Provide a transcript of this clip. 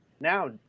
now